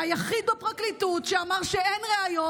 והיחיד בפרקליטות שאמר שאין ראיות,